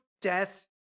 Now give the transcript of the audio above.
death